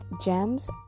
Gems